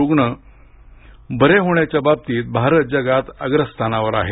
रुग्ण बरे होण्याच्या बाबतीत भारत जगात अग्रस्थानावर आहे